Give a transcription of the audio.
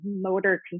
motor